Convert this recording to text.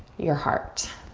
your heart.